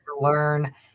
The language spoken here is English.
learn